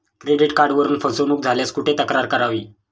Credit कार्डवरून फसवणूक झाल्यास कुठे तक्रार करावी?